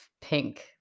pink